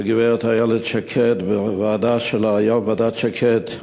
שהגברת איילת שקד, בוועדה שלה היום, ועדת שקד,